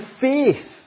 faith